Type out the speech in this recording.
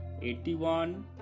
81